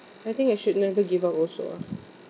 I think you should never give up also ah